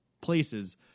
places